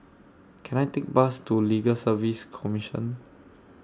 Can I Take Bus to Legal Service Commission